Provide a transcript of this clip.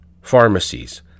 pharmacies